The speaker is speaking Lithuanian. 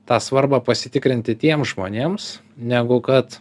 tą svarbą pasitikrinti tiems žmonėms negu kad